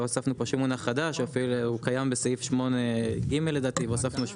לא הוספנו פה שום מונח חדש אפילו הוא קיים בסעיף 8 ג' לדעתי והוספנו,